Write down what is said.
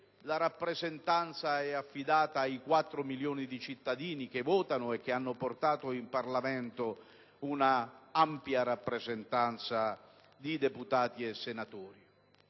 la rappresentanza è affidata ai 4 milioni di cittadini che votano e hanno portato in Parlamento una ampia rappresentanza di deputati e senatori.